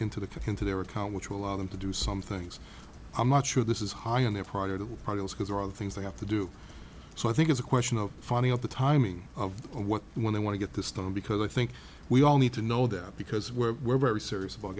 into the can into their account which will allow them to do some things i'm not sure this is high on their part of the problem because there are other things they have to do so i think it's a question of finding out the timing of what when they want to get this done because i think we all need to know that because we're very serious about